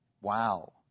Wow